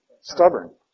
Stubborn